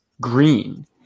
green